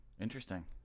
Interesting